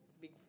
big